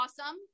awesome